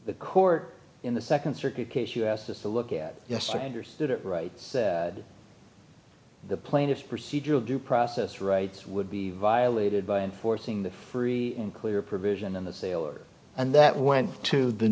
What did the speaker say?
the court in the second circuit case you asked us to look at yes i understood it right the plaintiffs procedural due process rights would be violated by enforcing the free and clear provision in the sale or and that went to the